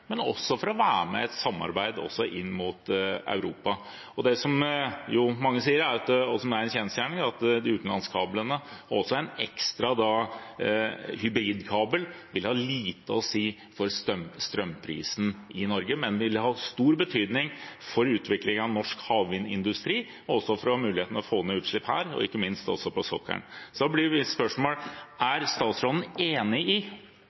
men også for å være med i et samarbeid inn mot Europa. Det mange sier, og som er en kjensgjerning, er at de utenlandskablene og også en ekstra hybridkabel vil ha lite å si for strømprisen i Norge, men det vil ha stor betydning for utvikling av norsk havvindindustri og for å ha muligheten til å få ned utslipp her og ikke minst også på sokkelen. Da blir mitt spørsmål: Er statsråden enig i